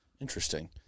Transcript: Interesting